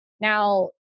Now